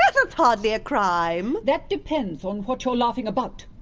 that's that's hardly a crime! that depends on what you're laughing about!